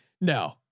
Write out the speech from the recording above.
No